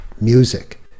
music